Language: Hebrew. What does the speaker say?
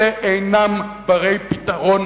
אלה אינם בני-פתרון